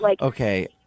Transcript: Okay